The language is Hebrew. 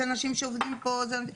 זה אנשים שעובדים פה.